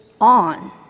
on